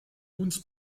uns